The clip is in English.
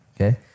Okay